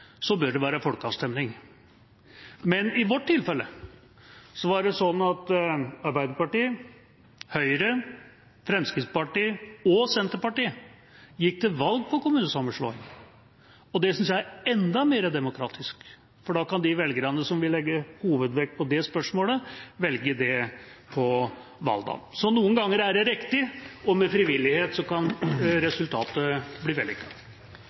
bør det være folkeavstemning. Men i vårt tilfelle var det sånn at Arbeiderpartiet, Høyre, Fremskrittspartiet og Senterpartiet gikk til valg på kommunesammenslåing, og det synes jeg er enda mer demokratisk, for da kan de velgerne som vil legge hovedvekt på det spørsmålet, velge det på valgdagen. Så noen ganger er det riktig, og med frivillighet kan resultatet bli